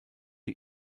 die